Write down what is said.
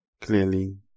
clearly